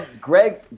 Greg